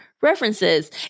references